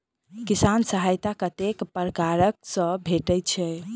किसान सहायता कतेक पारकर सऽ भेटय छै?